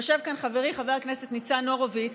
יושב כאן חברי חבר הכנסת ניצן הורוביץ,